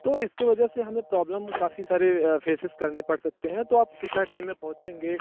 तो इसके वजह से हमें प्रॉब्लम काफ़ी सारे फेसेस करने पड़ सकते हैं तो आप कितना टाइम में पहुँचेंगे